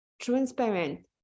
transparent